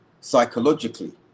psychologically